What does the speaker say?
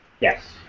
Yes